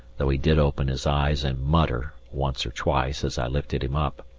though he did open his eyes and mutter once or twice as i lifted him up,